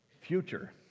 future